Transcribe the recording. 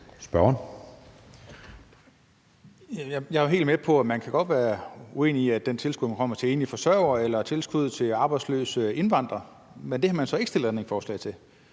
Jeg er helt med på, at man godt kan være uenig i, at man giver tilskud til enlige forsørgere eller til arbejdsløse indvandrere, men det har man så ikke stillet ændringsforslag om.